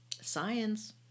Science